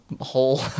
hole